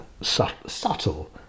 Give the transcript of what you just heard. subtle